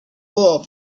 wool